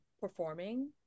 performing